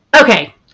Okay